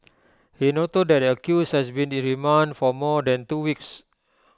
he noted that the accused has been in remand for more than two weeks